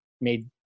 made –